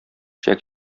чәк